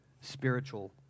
spiritual